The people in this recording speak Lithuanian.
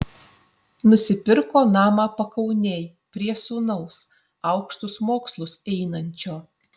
nusipirko namą pakaunėj prie sūnaus aukštus mokslus einančio